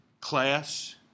class